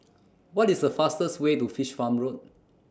What IS The fastest Way to Fish Farm Road